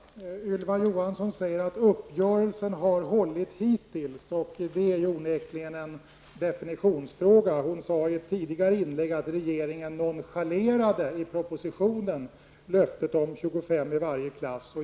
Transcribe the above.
Herr talman! Ylva Johansson säger att uppgörelsen har hållit hittills. Det är onekligen en definitionsfråga. Hon sade tidigare att regeringen i propositionen nonchalerat löftet om 25 elever i varje klass.